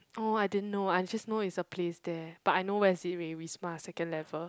oh I didn't know I'm just know it's a place there but I know where is it Wi~ Wisma second level